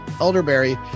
elderberry